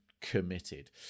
committed